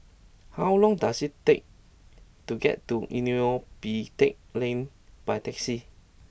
how long does it take to get to Neo Pee Teck Lane by taxi